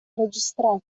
registrato